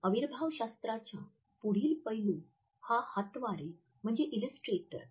अविर्भावशास्त्राचा पुढील पैलू हा हातवारे म्हणजे इलस्ट्रेटर